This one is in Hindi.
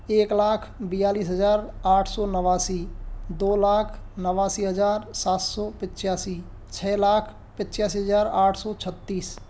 एक लाख बयालिस हजार आठ सौ नवासी दो लाख नवासी हजार सात सौ पचासी छः लाख पचासी हजार आठ सौ छत्तीस